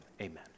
Amen